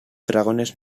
dragones